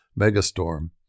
megastorm